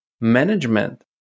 management